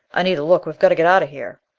anita! look! we've got to get out of here!